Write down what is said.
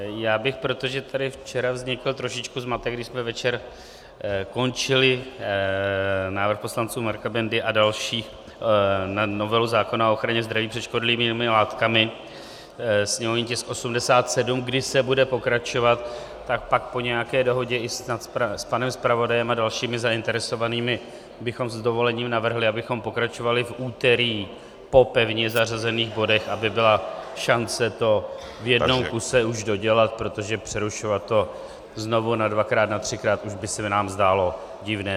Já bych protože tady včera vznikl trošičku zmatek, když jsme večer končili návrh poslanců Marka Bendy a dalších, novelu zákona o ochraně zdraví před škodlivými látkami, sněmovní tisk 87, kdy se bude pokračovat, tak pak po nějaké dohodě snad i s panem zpravodajem a dalšími zainteresovanými bychom s dovolením navrhli, abychom pokračovali v úterý po pevně zařazených bodech, aby byla šance to v jednom kuse už dodělat, protože přerušovat to znovu nadvakrát, natřikrát už by se nám zdálo divné.